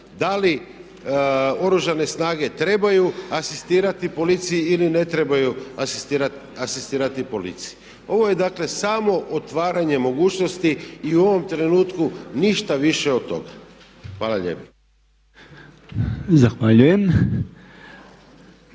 da li Oružane snage trebaju asistirati policiji ili ne trebaju asistirati policiji. Ovo je dakle samo otvaranje mogućnosti i u ovom trenutku ništa više od toga. Hvala lijepo. **Podolnjak,